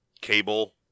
cable